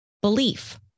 belief